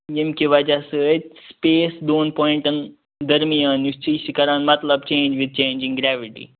ییٚمہِ کہِ وجہ سۭتۍ سُپیس دۄن پۄاینٛٹَن درمیان یُس چھُ یہِ چھُ کران مَطلَب change with change in gravity